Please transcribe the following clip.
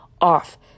off